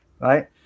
right